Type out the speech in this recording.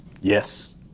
Yes